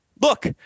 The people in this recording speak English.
look